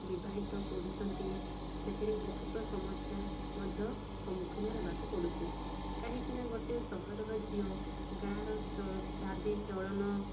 ବିବାହିତ କରୁଛନ୍ତି ସେଥିରେ ବହୁତ ସମସ୍ୟା ମଧ୍ୟ ସମ୍ମୁଖୀନ ହେବାକୁ ପଡ଼ୁଛି କାହିଁକିନା ଗୋଟେ ସହରର ଝିଅ ଗାଁର ଚାଲିଚଳନ